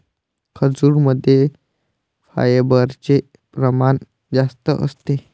खजूरमध्ये फायबरचे प्रमाण जास्त असते